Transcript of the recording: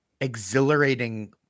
exhilarating